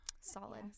Solid